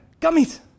gummies